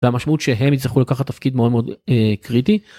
והמשמעות שהם יצטרכו לקחת תפקיד מאוד מאוד קריטי.